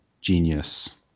genius